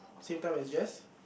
same time as Jess